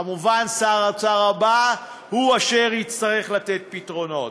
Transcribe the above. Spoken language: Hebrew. מובן ששר האוצר הבא הוא אשר יצטרך לתת פתרונות.